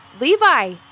Levi